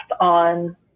on